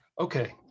Okay